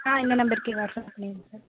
ஆ இந்த நம்பருக்கே வாட்ஸ்அப் பண்ணிவிடுங்க சார்